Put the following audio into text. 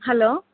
hello